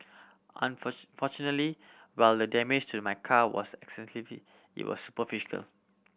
fortunately while the damage to my car was extensively it was superficial